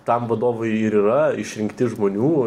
tam vadovai ir yra išrinkti žmonių